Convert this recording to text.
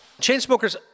Chainsmokers